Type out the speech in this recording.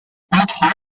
entre